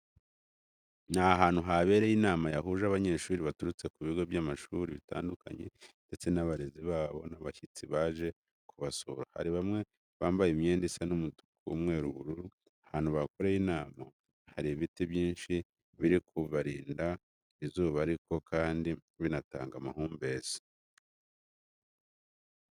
Ni ahantu habereye inama yahuje abanyeshuri baturutse ku bigo by'amashuri bitandukanye ndetse n'abarezi babo n'abashyitsi baje kubasura. Hari bamwe bambaye imyenda isa umutuku, umweru n'ubururu. Ahantu bakoreye inama hari ibiti byinshi biri kubarinda izuba ariko kandi binatanga amahumbezi.